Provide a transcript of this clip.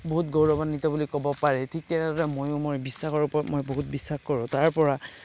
বহুত গৌৰৱান্বিত বুলি ক'ব পাৰি ঠিক তেনেদৰে ময়ো মোৰ বিশ্বাসৰ ওপৰত মই বহুত বিশ্বাস কৰোঁ তাৰ পৰা